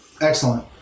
Excellent